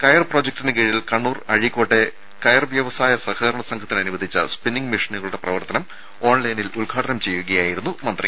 കയർ പ്രോജക്ടിന് കീഴിൽ കണ്ണൂർ അഴീക്കോട്ടെ കയർ വ്യവസായ സഹകരണ സംഘത്തിന് അനുവദിച്ച സ്പിന്നിങ് മെഷീനുകളുടെ പ്രവർത്തനം ഓൺലൈനിൽ ഉദ്ഘാടനം ചെയ്യുകയായിരുന്നു മന്ത്രി